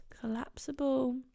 Collapsible